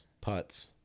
Putts